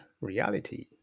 reality